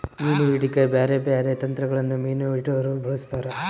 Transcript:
ಮೀನು ಹಿಡೆಕ ಬ್ಯಾರೆ ಬ್ಯಾರೆ ತಂತ್ರಗಳನ್ನ ಮೀನು ಹಿಡೊರು ಬಳಸ್ತಾರ